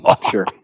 Sure